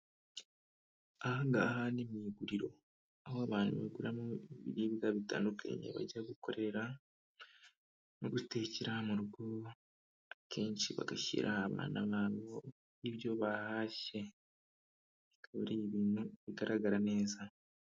Ahangaha ni mu iguriro. Aho abantu baguramo ibiribwa bitandukanye bajya gukorera no gutekera mu rugo; akenshi bagashyira abana babo ibyo bahashye; bikaba ari ibintu bigaragara neza.